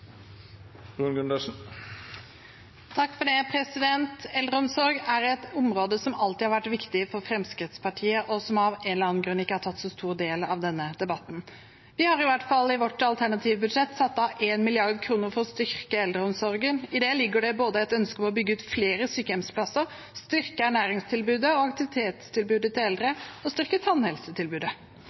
et område som alltid har vært viktig for Fremskrittspartiet, og som av en eller annen grunn ikke har tatt så stor del av denne debatten. Vi har i hvert fall i vårt alternative budsjett satt av 1 mrd. kr for å styrke eldreomsorgen. I det ligger det et ønske om å både bygge ut flere sykehjemsplasser, styrke ernæringstilbudet og aktivitetstilbudet til eldre og styrke tannhelsetilbudet.